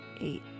eight